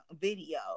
video